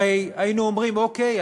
הרי היינו אומרים: אוקיי,